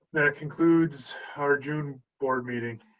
that concludes our june board meeting.